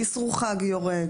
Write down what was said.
אסרו חג יורד,